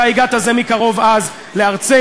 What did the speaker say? אתה הגעת זה מקרוב אז לארצנו,